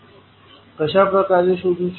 कशाप्रकारे शोधू शकतो